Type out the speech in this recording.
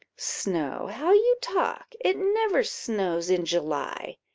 snow! how you talk it never snows in july.